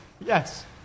yes